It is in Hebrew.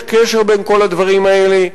יש קשר בין כל הדברים האלה,